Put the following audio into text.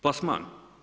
Plasman.